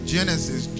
Genesis